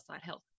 health